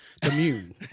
Commune